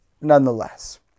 nonetheless